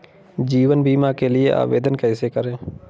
जीवन बीमा के लिए आवेदन कैसे करें?